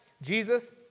Jesus